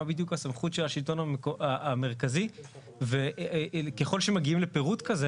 מה בדיוק הסמכות של השלטון המרכזי וככל שמגיעים לפירוט כזה